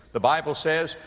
the bible says,